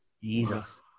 Jesus